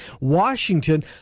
Washington